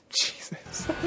Jesus